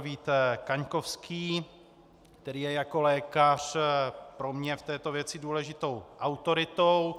Vít Kaňkovský, který je jako lékař pro mě v této věci důležitou autoritou.